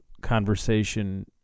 conversation